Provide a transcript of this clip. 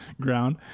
ground